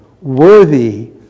worthy